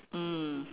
mm